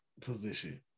position